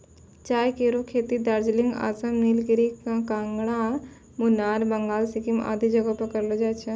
चाय केरो खेती दार्जिलिंग, आसाम, नीलगिरी, कांगड़ा, मुनार, बंगाल, सिक्किम आदि जगह पर करलो जाय छै